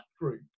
group